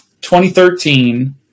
2013